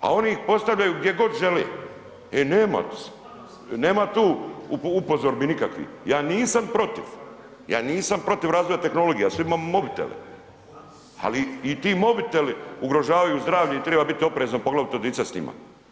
a oni ih postavljaju gdje god žele, e nema tu upozorbi nikakvih, ja nisam protiv, ja nisam protiv razvoja tehnologija svi imamo mobitele, ali i ti mobiteli ugrožavaju zdravlje i triba biti oprezan poglavito dica s njima.